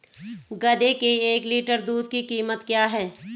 गधे के एक लीटर दूध की कीमत क्या है?